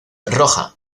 roja